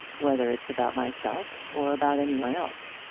whether it's about myself or about any one else.